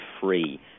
free